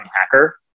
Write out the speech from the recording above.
hacker